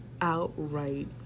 outright